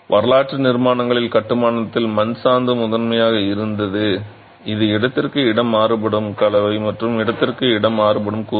வரலாற்று நிர்மாணங்களில் கட்டுமானத்தில் மண் சாந்து முதன்மையாக இருந்தது இது இடத்திற்கு இடம் மாறுபடும் கலவை மற்றும் இடத்திற்கு இடம் மாறுபடும் கூறுகள்